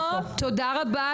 לא, תודה רבה.